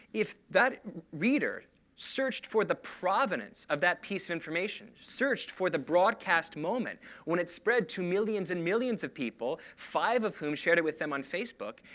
if that reader searched for the provenance of that piece of information searched for the broadcast moment when it spread to millions and millions of people, five of whom shared it with them on facebook,